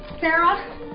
Sarah